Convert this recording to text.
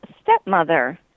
stepmother